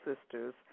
Sisters